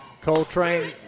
Coltrane